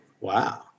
Wow